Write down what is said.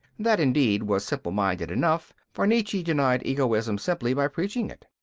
that, indeed, was simpleminded enough for nietzsche denied egoism simply by preaching it.